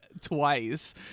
twice